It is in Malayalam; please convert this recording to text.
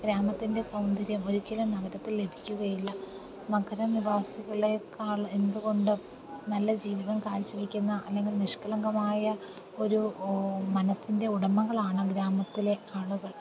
ഗ്രാമത്തിൻ്റെ സൗന്ദര്യം ഒരിക്കലും നഗരത്തിൽ ലഭിക്കുകയില്ല നഗര നിവാസികളേക്കാൾ എന്തുകൊണ്ടും നല്ല ജീവിതം കാഴ്ചവയ്ക്കുന്ന അല്ലെങ്കിൽ നിഷ്കളങ്കമായ ഒരു മനസ്സിൻ്റെ ഉടമകളാണ് ഗ്രാമത്തിലെ ആളുകൾ